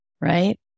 right